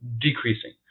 decreasing